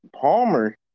Palmer